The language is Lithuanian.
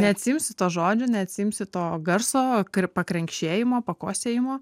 neatsiimsi to žodžio neatsiimsi to garso kre pakrenkšėjimo pakosėjimo